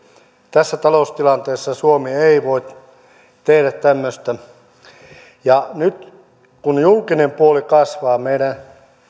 tässä taloustilanteessa suomi ei voi tehdä tämmöistä nyt kun julkinen puoli kasvaa meidän